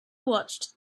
watched